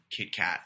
KitKat